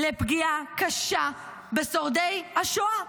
לפגיעה קשה בשורדי השואה.